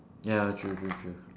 ya true true true